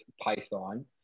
Python